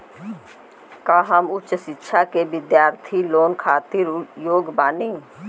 का हम उच्च शिक्षा के बिद्यार्थी लोन खातिर योग्य बानी?